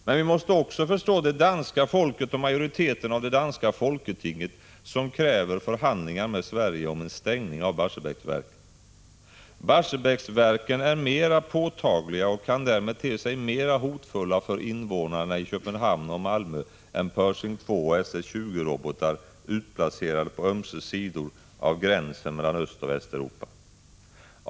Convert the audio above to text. Men vi måste också förstå det danska folket och majoriteten av det danska folketinget, som kräver förhandlingar med Sverige om en stängning av Barsebäcksverken. Barsebäcksverken är mera påtagliga och kan därmed te sig mera hotfulla för invånarna i Köpenhamn och Malmö än Pershing II och SS 20-robotar utplacerade på ömse sidor av gränsen mellan Östoch Västeuropa.